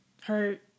hurt